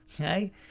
Okay